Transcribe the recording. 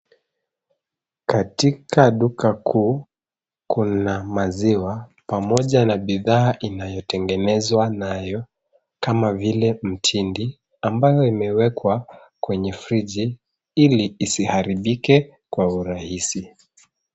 Katika duka kuu, kuna maziwa pamoja na bidhaa inayotengenezwa nayo kama vile mtindi, ambayo imewekwa kwenye friji ili isiharibike kwa urahisi.